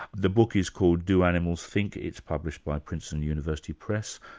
the book is called do animals think? it's published by princeton university press.